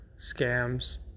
scams